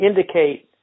indicate